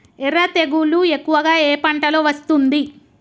ఎర్ర తెగులు ఎక్కువగా ఏ పంటలో వస్తుంది?